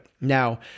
now